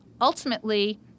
ultimately